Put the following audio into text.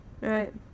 Right